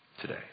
today